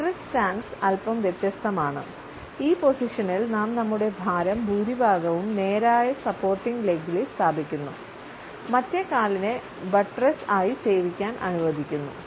buttress stance അല്പം വ്യത്യസ്തമാണ് ഈ പൊസിഷനിൽ നാം നമ്മുടെ ഭാരം ഭൂരിഭാഗവും നേരായ സപ്പോർട്ടിംഗ് ലെഗിൽ സ്ഥാപിക്കുന്നു മറ്റേ കാലിനെ ബറ്റ്റസ് ആയി സേവിക്കാൻ അനുവദിക്കുന്നു